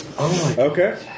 Okay